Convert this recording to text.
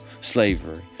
Slavery